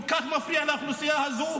כל כך מפריע לאוכלוסייה הזו,